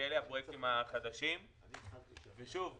מדובר